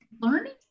learning